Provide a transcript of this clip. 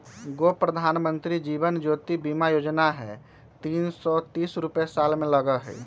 गो प्रधानमंत्री जीवन ज्योति बीमा योजना है तीन सौ तीस रुपए साल में लगहई?